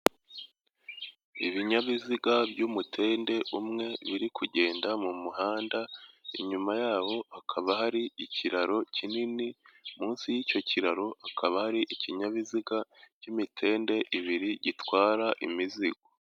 Ibinyabiziga by'umutende umwe biri kugenda mu muhanda, inyuma yawo hakaba hari ikiraro kinini, munsi y'icyo kiraro hakaba hari ikinyabiziga cy'imitende ibiri gitwara imizigo.